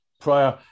prior